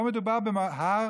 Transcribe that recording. פה מדובר בהר